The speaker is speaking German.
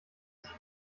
sich